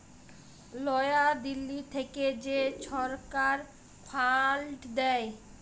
লয়া দিল্লী থ্যাইকে যে ছরকার ফাল্ড দেয়